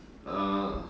uh